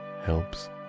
helps